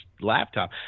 laptop